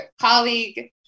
colleague